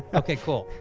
okay cool.